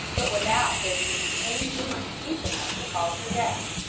but without there being any wounds deep enough to cause her death,